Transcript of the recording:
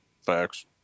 Facts